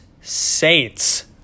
Saints